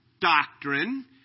doctrine